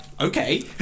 okay